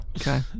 Okay